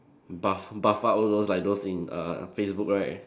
buff buff out all those like like those in err Facebook right